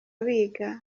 biga